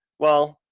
well,